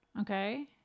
okay